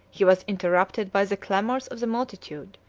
he was interrupted by the clamors of the multitude,